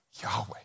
Yahweh